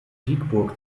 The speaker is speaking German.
siegburg